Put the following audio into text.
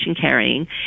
carrying